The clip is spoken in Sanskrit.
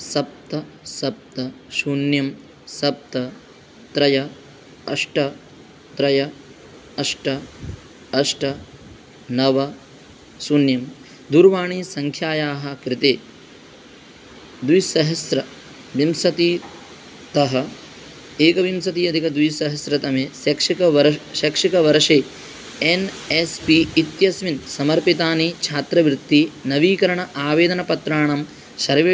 सप्त सप्त शून्यं सप्त त्रय अष्ट त्रय अष्ट अष्ट नव शून्यं दूरवाणीसङ्ख्यायाः कृते द्विसहस्रविंशतितः एकविंशति अधिकद्विसहस्रतमे शैक्षिकवर् शैक्षिकवर्षे एन् एस् पी इत्यस्मिन् समर्पितानि छात्रवृत्तिनवीकरण आवेदनपत्राणां सर्वेषां सूचीं स्थापयसि किम्